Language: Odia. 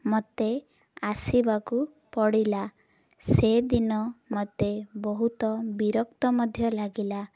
ମୋତେ ଆସିବାକୁ ପଡ଼ିଲା ସେଦିନ ମୋତେ ବହୁତ ବିରକ୍ତ ମଧ୍ୟ ଲାଗିଲା